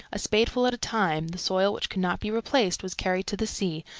a spadeful at a time, the soil which could not be replaced was carried to the sea,